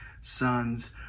Son's